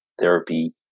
therapy